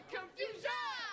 Confusion